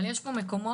אבל יש פה מקומות